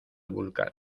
vulcano